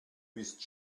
bist